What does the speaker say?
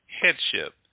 Headship